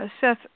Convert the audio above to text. Seth